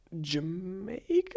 Jamaica